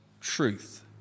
truth